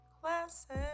classic